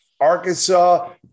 Arkansas